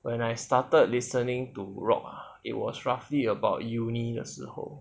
when I started listening to rock it was roughly about uni 的时候